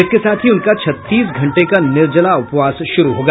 इसके साथ ही उनका छत्तीस घंटे का निर्जला उपवास शुरू होगा